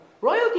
Royalty